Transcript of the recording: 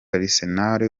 arsenal